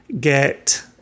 get